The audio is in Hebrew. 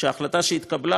שההחלטה שהתקבלה,